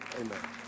Amen